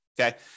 Okay